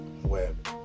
Web